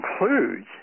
includes